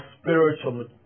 spiritual